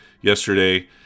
yesterday